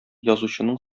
язучының